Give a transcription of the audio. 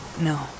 No